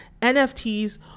NFTs